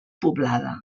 poblada